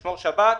לשמור שבת.